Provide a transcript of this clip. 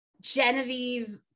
Genevieve